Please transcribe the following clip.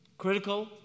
critical